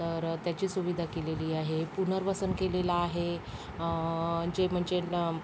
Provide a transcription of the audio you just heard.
तर त्याची सुविधा केलेली आहे पुनर्वसन केलेलं आहे जे म्हणजे